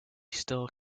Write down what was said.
still